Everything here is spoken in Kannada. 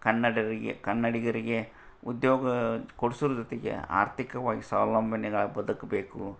ಕನ್ನಡಿಗರಿಗೆ ಕನ್ನಡಿಗರಿಗೆ ಉದ್ಯೋಗ ಕೊಡ್ಸುದ್ರ ಜೊತೆಗೆ ಆರ್ಥಿಕವಾಗಿ ಸ್ವಾವಲಂಬಿಗಳಾಗಿ ಬದುಕಬೇಕು